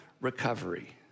recovery